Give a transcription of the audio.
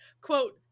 quote